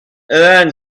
then